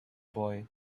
boy